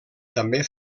també